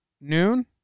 noon